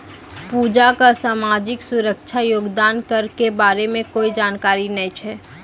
पूजा क सामाजिक सुरक्षा योगदान कर के बारे मे कोय जानकारी नय छै